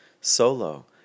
solo